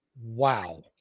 Wow